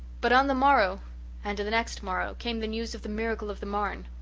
but on the morrow and the next morrow came the news of the miracle of the marne.